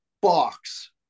box